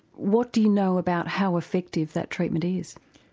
what do you know about how effective that treatment is?